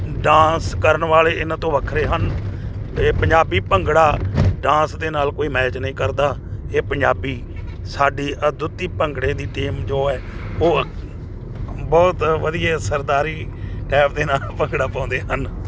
dance ਕਰਨ ਵਾਲੇ ਇਹਨਾਂ ਤੋਂ ਵੱਖਰੇ ਹਨ ਅਤੇ ਪੰਜਾਬੀ ਭੰਗੜਾ ਡਾਂਸ ਦੇ ਨਾਲ ਕੋਈ ਮੈਚ ਨਹੀਂ ਕਰਦਾ ਇਹ ਪੰਜਾਬੀ ਸਾਡੀ ਅਦੁੱਤੀ ਭੰਗੜੇ ਦੀ ਟੀਮ ਜੋ ਹੈ ਉਹ ਅ ਬਹੁਤ ਵਧੀਆ ਸਰਦਾਰੀ ਟੈਪ ਦੇ ਨਾਲ ਭੰਗੜਾ ਪਾਉਂਦੇ ਹਨ